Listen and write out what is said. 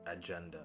agenda